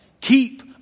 keep